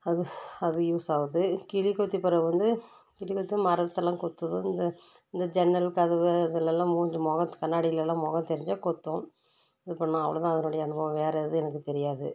அது அது யூஸ் ஆகுது கிளிக் கொத்திப் பறவை வந்து கிளி வந்து மரத்தெல்லாம் கொத்துது இந்த இந்த ஜன்னல் கதவு அதுலெலாம் மூஞ்சி முகத் கண்ணாடிலெலாம் முகம் தெரிஞ்சால் கொத்தும் இது பண்ணும் அவ்வளோ தான் அதனுடைய அனுபவம் வேறு எதுவும் எனக்கு தெரியாது